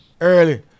early